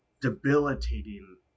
debilitating